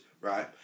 right